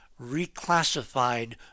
reclassified